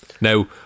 now